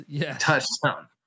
touchdown